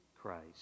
Christ